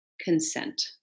consent